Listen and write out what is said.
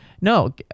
No